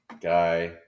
guy